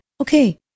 okay